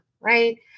right